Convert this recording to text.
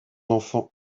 enfant